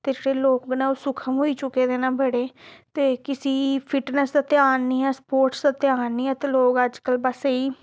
ते जेह्ड़े लोक न ओह् सूखम होई चुके दे न बड़े ते किसी फिटनेस दा ध्यान निं ऐ स्पोर्टस दा ध्यान निं ऐ ते लोक अज्जकल बस एह् ई